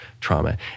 trauma